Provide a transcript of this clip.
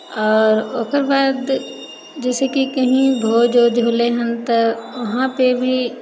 आओर ओकर बाद जैसे कि कहीं भोज ओज होलै हन तऽ वहाँ पे भी